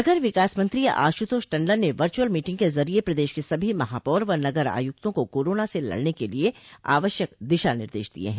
नगर विकास मंत्री आशुतोष टंडन ने वर्चुअल मीटिंग के जरिये प्रदेश के सभी महापौर व नगर आयुक्तों को कोरोना से लड़ने के लिए आवश्यक दिशा निर्देश दिये हैं